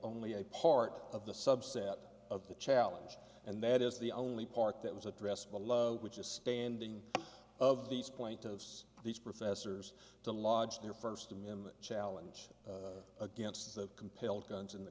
only a part of the subset of the challenge and that is the only part that was addressed below which is standing of these plaintiffs these professors to lodge their friends to me in the challenge against the compelled guns in the